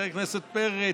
חבר הכנסת פרץ: